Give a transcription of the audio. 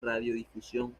radiodifusión